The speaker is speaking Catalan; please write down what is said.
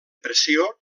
pressió